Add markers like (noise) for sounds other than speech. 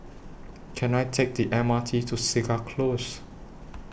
Can I Take The M R T to Segar Close (noise)